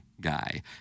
guy